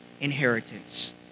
inheritance